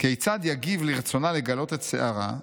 כיצד יגיב לרצונה לגלות את שערה,